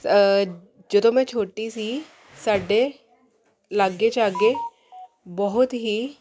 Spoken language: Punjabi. ਜਦੋਂ ਮੈਂ ਛੋਟੀ ਸੀ ਸਾਡੇ ਲਾਗੇ ਚਾਗੇ ਬਹੁਤ ਹੀ